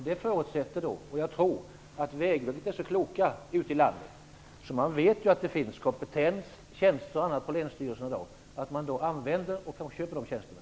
Det förutsätter att Vägverket är så klokt, och det tror jag det är, att det vet att det ute i landet i dag finns kompetens, tjänster och annat på länsstyrelserna och att det då använder och köper de tjänsterna.